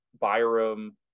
Byram